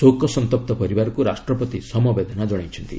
ଶୋକସନ୍ତପ୍ତ ପରିବାରକୁ ରାଷ୍ଟ୍ରପତି ସମବେଦନା ଜଣାଇଛନ୍ତି